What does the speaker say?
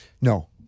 No